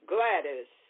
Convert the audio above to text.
Gladys